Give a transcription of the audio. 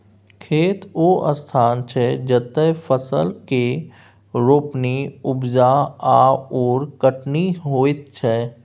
खेत ओ स्थान छै जतय फसल केर रोपणी, उपजा आओर कटनी होइत छै